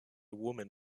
woman